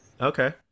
Okay